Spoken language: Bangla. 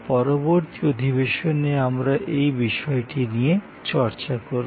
পরবর্তী অধিবেশনে আমরা এই বিষয়টি নিয়ে চর্চা করবো